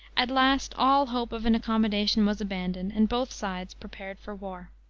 at last all hope of an accommodation was abandoned, and both sides prepared for war.